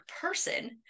person